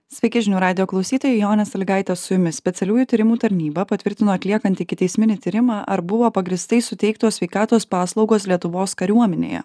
sveiki žinių radijo klausytojai jau jonė sąlygaitė su jumis specialiųjų tyrimų tarnyba patvirtino atliekanti ikiteisminį tyrimą ar buvo pagrįstai suteiktos sveikatos paslaugos lietuvos kariuomenėje